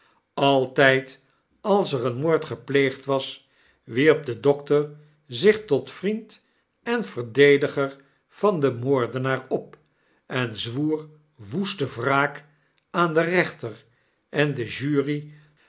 altyd als er een moord gepleegd was wierp de dokter zich tot vriend en verdediger van den moordenaar op en zwoer woeste wraak aan den rechter en de jury